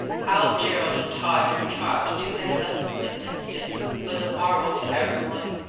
how gerald and tod contrived to do their lessons amidst it was a marvel to every one.